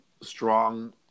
strong